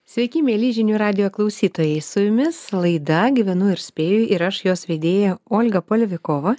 sveiki mieli žinių radijo klausytojai su jumis laida gyvenu ir spėju ir aš jos vedėja olga polivikova